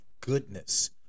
goodness